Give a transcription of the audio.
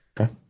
Okay